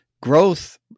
growth